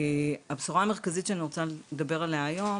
הבשורה המרכזית שאני רוצה לדבר עליה היום,